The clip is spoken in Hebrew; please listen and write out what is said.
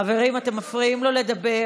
חברים, אתם מפריעים לו לדבר.